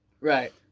Right